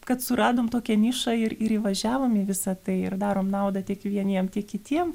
kad suradom tokią nišą ir ir įvažiavom į visa tai ir darom naudą tik vieniem tiek kitiem